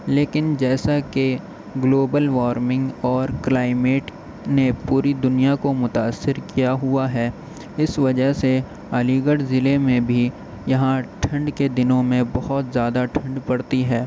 لیکن جیساکہ global warming اور کلائمیٹ نے پوری دنیا کو متأثر کیا ہوا ہے اس وجہ سے علی گڑھ ضلعے میں بھی یہاں ٹھنڈ کے دنوں میں بہت زیادہ ٹھنڈ پڑتی ہے